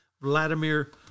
Vladimir